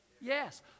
Yes